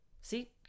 See